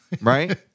Right